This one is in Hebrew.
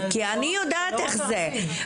כי אני יודעת איך זה.